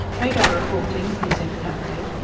radar reporting! he said curtly.